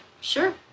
Sure